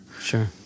Sure